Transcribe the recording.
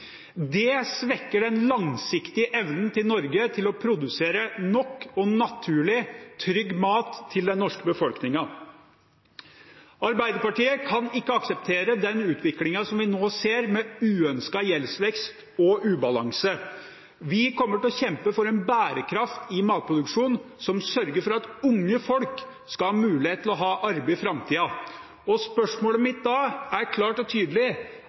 Det svekker Norges langsiktige evne til å produsere nok og naturlig, trygg mat til den norske befolkningen. Arbeiderpartiet kan ikke akseptere den utviklingen vi nå ser med uønsket gjeldsvekst og ubalanse. Vi kommer til å kjempe for en bærekraft i matproduksjonen som sørger for at unge folk skal ha muligheten til å ha arbeid i framtiden. Spørsmålet mitt er da klart og tydelig: